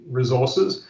resources